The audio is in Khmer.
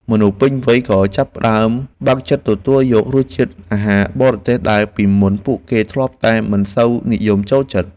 មនុស្សពេញវ័យក៏ចាប់ផ្តើមបើកចិត្តទទួលយករសជាតិអាហារបរទេសដែលពីមុនពួកគេធ្លាប់តែមិនសូវនិយមចូលចិត្ត។